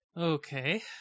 Okay